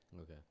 Okay